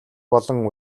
болон